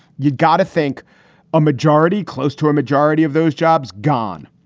you've gotta think a majority close to a majority of those jobs gone.